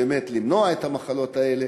באמת למנוע את המחלות האלה.